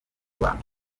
bantu